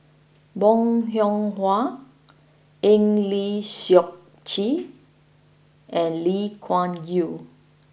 Bong Hiong Hwa Eng Lee Seok Chee and Lee Kuan Yew